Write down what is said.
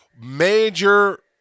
major